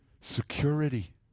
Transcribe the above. security